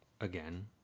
again